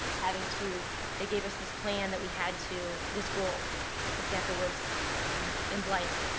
having to they gave us this plan that we had to, this goal example was in blythe.